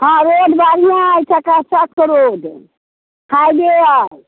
हँ रोड बढ़िआँ अइ चकाचक रोड काल्हे आएब